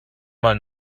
mal